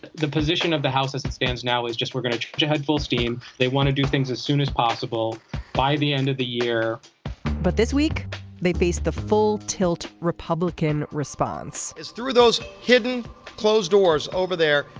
the position of the house as it stands now is just we're going ahead full steam. they want to do things as soon as possible by the end of the year but this week they face the full tilt republican response is through those hidden closed doors over there.